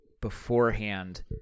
beforehand